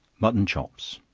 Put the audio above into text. mutton chops.